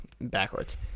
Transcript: Backwards